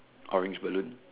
orange balloon